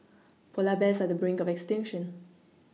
polar bears are on the brink of extinction